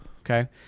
Okay